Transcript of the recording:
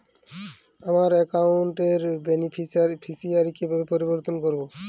আমার অ্যাকাউন্ট র বেনিফিসিয়ারি কিভাবে পরিবর্তন করবো?